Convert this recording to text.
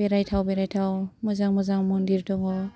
बेरायथाव बेरायथाव मोजां मोजां मन्दिर दङ